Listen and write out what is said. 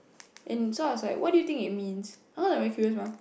and so I was like what do you think it means very curious mah